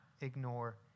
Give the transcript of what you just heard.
ignore